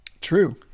True